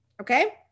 Okay